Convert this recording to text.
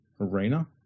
arena